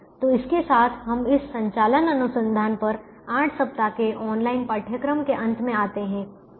तो इसके साथ हम इस संचालन अनुसंधान पर आठ सप्ताह के ऑनलाइन पाठ्यक्रम के अंत में आते हैं संदर्भ समय 2208